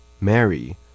Mary